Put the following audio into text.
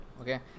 Okay